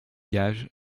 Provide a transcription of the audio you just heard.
gages